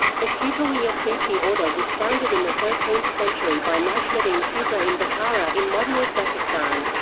the kubrawiya sufi order was founded in the thirteenth century by najmuddin kubra in bukhara in modern uzbekistan.